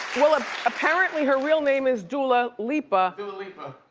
well ah apparently her real name is dula lipa dua lipa.